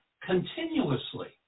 continuously